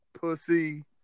pussy